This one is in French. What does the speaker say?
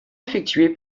effectué